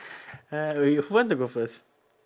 uh will you who want to go first